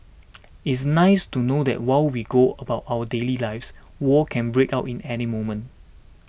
it's nice to know that while we go about our daily lives war can break out in any moment